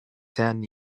ten